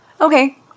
okay